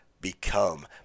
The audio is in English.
become